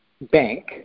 bank